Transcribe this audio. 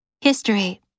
History